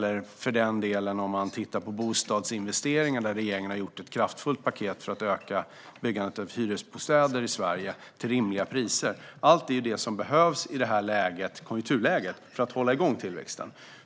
Det handlar även om bostadsinvesteringar, där regeringen har gjort ett kraftfullt paket för att öka byggandet av hyresbostäder i Sverige till rimliga priser - allt det som behövs i det här konjunkturläget för att hålla igång tillväxten.